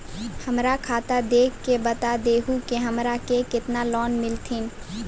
हमरा खाता देख के बता देहु के हमरा के केतना लोन मिलथिन?